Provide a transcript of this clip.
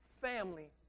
family